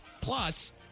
Plus